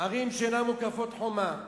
ערים שאינן מוקפות חומה,